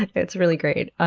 it's really great.